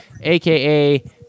AKA